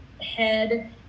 head